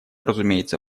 разумеется